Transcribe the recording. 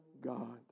God